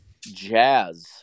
jazz